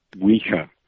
weaker